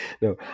No